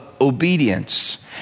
obedience